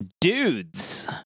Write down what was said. dudes